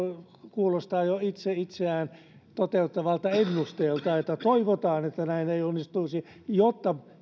kuulostaa jo itse itseään toteuttavalta ennusteelta kun toivotaan että näin ei onnistuisi jotta päästäisiin